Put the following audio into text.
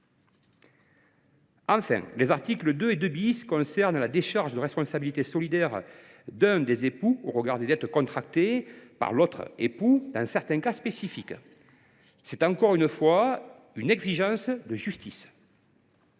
Enfin, les articles 2 et 2 concernent la décharge de responsabilité solidaire d’un des époux au regard des dettes contractées par son conjoint dans certains cas spécifiques. C’est encore une fois une exigence de justice.